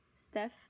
Steph